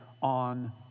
on